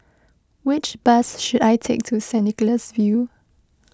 which bus should I take to Saint Nicholas View